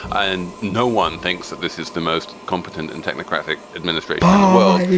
and no one thinks that this is the most competent and technocratic administration in the world.